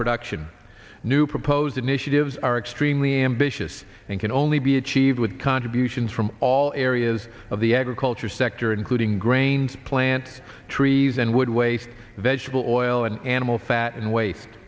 production new proposed initiatives are extremely ambitious and can only be achieved with contributions from all areas of the agriculture sector including grains plant trees and would waste vegetable oil and animal fat and waste